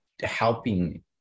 helping